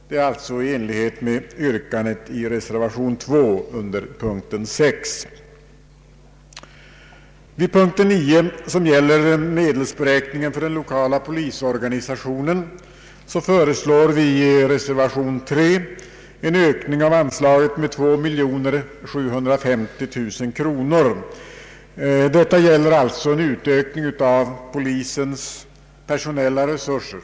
Detta yrkande framställs i reservation under punkt 6. Vid punkten 9, som gäller medelsberäkningen för den lokala polisorganisationen, föreslår vi i reservation a en ökning av anslaget med 1 750 000 kronor. Detta gäller här en ökning av polisens personella resurser.